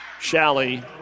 Shally